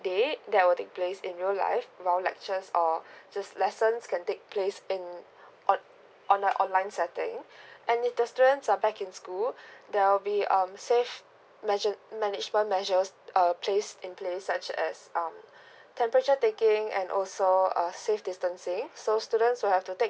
day that will take place in real life while lectures or just lessons can take place in on on the online setting and if the students are back in school there will be um safe management measures uh placed in place such a as um temperature taking an also err safe distancing so students will have to take